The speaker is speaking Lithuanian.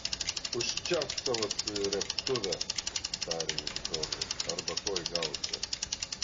užčiaupk savo srėbtuvę tarė jis broliui arba tuoj gausi